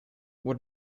what